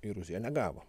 į rusiją negavo